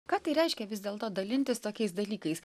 ką tai reiškia vis dėlto dalintis tokiais dalykais